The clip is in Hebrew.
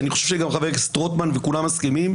ואני חושב שגם חבר הכנסת רוטמן וכולם מסכימים,